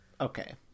okay